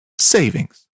savings